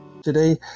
Today